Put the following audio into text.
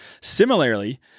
Similarly